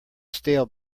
stale